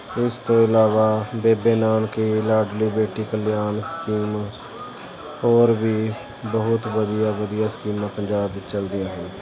ਇਸ ਤੋਂ ਇਲਾਵਾ ਬੇਬੇ ਨਾਨਕੀ ਲਾਡਲੀ ਬੇਟੀ ਕਲਿਆਣ ਸਕੀਮ ਹੋਰ ਵੀ ਬਹੁਤ ਵਧੀਆ ਵਧੀਆ ਸਕੀਮਾਂ ਪੰਜਾਬ ਵਿੱਚ ਚਲਦੀਆਂ ਹਨ